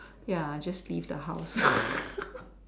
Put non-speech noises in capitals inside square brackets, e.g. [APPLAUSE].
ya just leave the house [LAUGHS]